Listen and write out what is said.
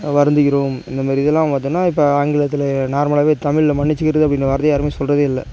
வருந்துகிறோம் இந்தமாரி இதெல்லாம் பார்த்தோம்னா இப்போ ஆங்கிலத்தில் நார்மலாகவே தமிழில் மன்னிச்சுக்கிறது அப்படின்ற வார்த்தையை யாருமே சொல்கிறதே இல்லை